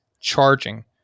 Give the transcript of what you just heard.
charging